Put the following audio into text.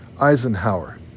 Eisenhower